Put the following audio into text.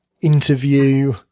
interview